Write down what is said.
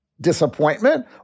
disappointment